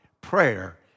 Prayer